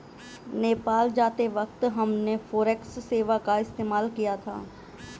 नेपाल जाते वक्त हमने फॉरेक्स सेवा का इस्तेमाल किया था